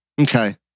Okay